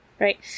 Right